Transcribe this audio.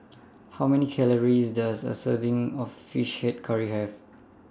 How Many Calories Does A Serving of Fish Head Curry Have